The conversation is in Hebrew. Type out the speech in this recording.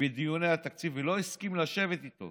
"בדיוני התקציב, ולא הסכים לשבת איתו